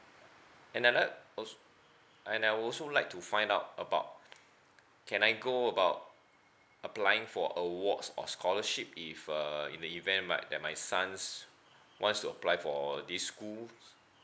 and another also and I also like to find out about can I go about applying for awards or scholarship if uh in the event my that my son wants to apply for this school